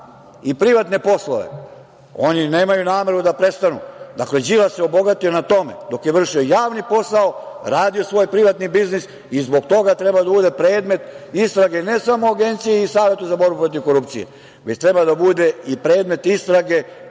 i privatne poslove oni nemaju nameru da prestanu. Dakle, Đilas se obogatio na tome dok je vršio javni posao radio svoj privatni biznis, i zbog toga treba da bude predmet istrage ne samo Agencije i Saveta za borbu protiv korupcije, već treba da bude i predmet istrage